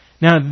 Now